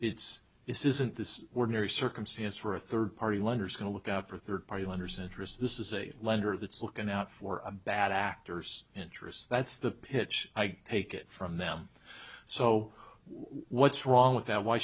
it's this isn't this ordinary circumstance for a third party lenders going to look out for third party lenders interests this is a lender that's looking out for a bad actors interest that's the pitch i take it from them so what's wrong with that why